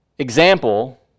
Example